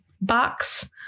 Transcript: box